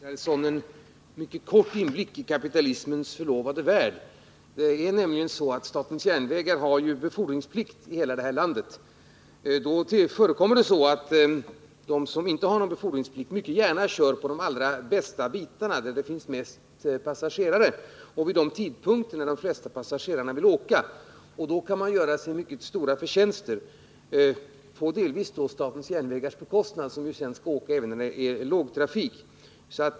Herr talman! Jag vill bara ge Per Israelsson en mycket kort inblick i kapitalismens förlovade värld. Det är nämligen så att statens järnvägar har befordringsplikt i hela det här landet. Då förekommer det att de som inte har någon befordringsplikt mycket gärna kör på de allra bästa bitarna, där det finns mest passagerare, och på de tider då de flesta passagerarna vill åka. Då kan man göra sig mycket stora förtjänster, delvis på bekostnad av statens järnvägar, som ju sedan skall köra även då det är lågtrafik.